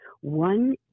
One